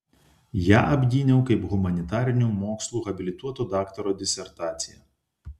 ją apgyniau kaip humanitarinių mokslų habilituoto daktaro disertaciją